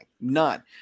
none